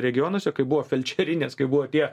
regionuose kaip buvo felčerinės kai buvo tie